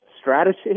strategy